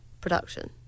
production